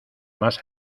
más